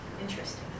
Interesting